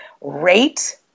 rate